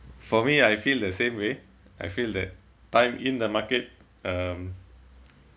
for me I feel the same way I feel that time in the market um